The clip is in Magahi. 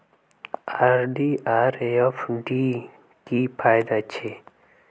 आर.डी आर एफ.डी की फ़ायदा छे?